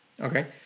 Okay